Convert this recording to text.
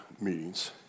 meetings